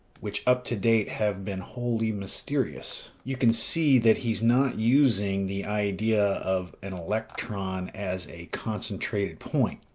which up to date have been wholly mysterious. you can see that he's not using the idea of an electron as a concentrated point,